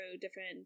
different